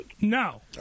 No